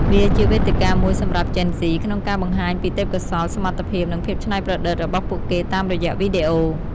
វាជាវេទិកាមួយសម្រាប់ជេនហ្ស៊ីក្នុងការបង្ហាញពីទេពកោសល្យ សមត្ថភាព និងភាពច្នៃប្រឌិតរបស់ពួកគេតាមរយៈវីដេអូ។